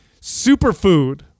Superfood